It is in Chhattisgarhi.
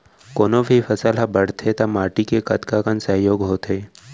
कोनो भी फसल हा बड़थे ता माटी के कतका कन सहयोग होथे?